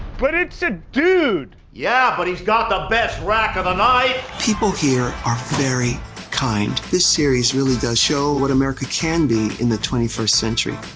but it's a dude. yeah, but he's got the best rack of the night. people here are very kind. this series really does show what america can be in the twenty first century,